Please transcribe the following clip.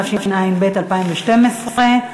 התשע"ב 2012,